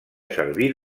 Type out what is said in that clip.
servir